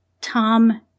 Tom